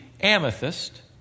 amethyst